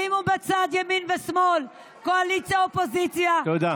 שימו בצד ימין ושמאל, קואליציה אופוזיציה, תודה.